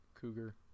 cougar